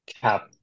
cap